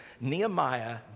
Nehemiah